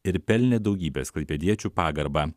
ir pelnė daugybės klaipėdiečių pagarbą